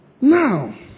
now